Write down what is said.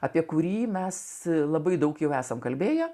apie kurį mes labai daug jau esam kalbėję